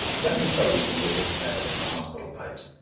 let me tell you the latest epic of the hospital pipes.